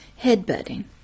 headbutting